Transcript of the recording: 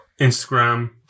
Instagram